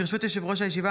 ברשות יושב-ראש הישיבה,